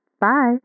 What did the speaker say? Bye